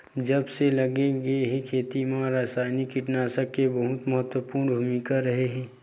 जब से लाए गए हे, खेती मा रासायनिक कीटनाशक के बहुत महत्वपूर्ण भूमिका रहे हे